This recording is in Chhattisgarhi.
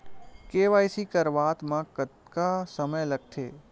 के.वाई.सी करवात म कतका समय लगथे?